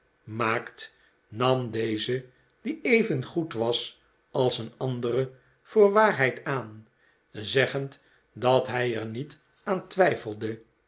maakt nam deze die evengoed was als een andere voor waarheid aan zeggend dat hij er niet aan twijfelde